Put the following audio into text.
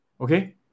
Okay